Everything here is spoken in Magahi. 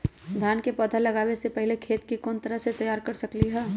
धान के पौधा लगाबे से पहिले खेत के कोन तरह से तैयार कर सकली ह?